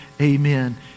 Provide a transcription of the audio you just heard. Amen